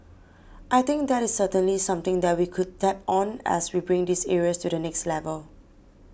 I think that is certainly something that we could tap on as we bring these areas to the next level